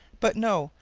but no.